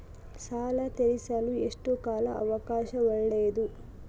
ಸಾಲ ತೇರಿಸಲು ಎಷ್ಟು ಕಾಲ ಅವಕಾಶ ಒಳ್ಳೆಯದು?